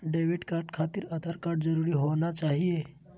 Debit card खातिर Aadhaar card जरूरी होना चाहिए?